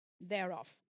thereof